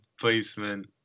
placement